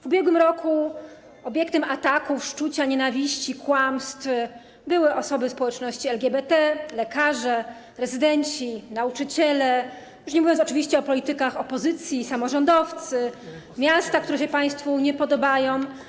W ubiegłym roku obiektem ataku, szczucia, nienawiści, kłamstw były osoby społeczności LGBT, lekarze, rezydenci, nauczyciele, samorządowcy, już nie mówiąc oczywiście o politykach opozycji, oraz miasta, które się państwu nie podobają.